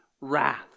wrath